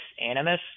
animus